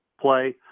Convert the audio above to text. play